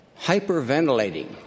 hyperventilating